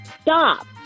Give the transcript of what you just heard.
Stop